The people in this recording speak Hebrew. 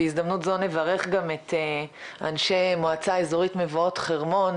בהזדמנות זו נברך גם את אנשי מועצה אזורית מובאות חרמון,